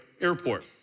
airport